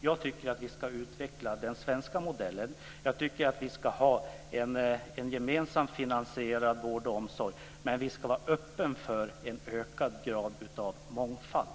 Jag tycker att vi ska utveckla den svenska modellen. Jag tycker att vi ska ha en gemensamt finansierad vård och omsorg. Men vi ska vara öppna för en ökad grad av mångfald.